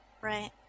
right